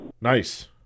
nice